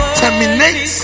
terminate